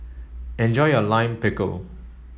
enjoy your Lime Pickle